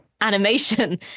animation